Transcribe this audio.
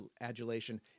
adulation